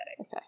Okay